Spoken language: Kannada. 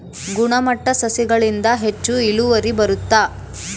ಗುಣಮಟ್ಟ ಸಸಿಗಳಿಂದ ಹೆಚ್ಚು ಇಳುವರಿ ಬರುತ್ತಾ?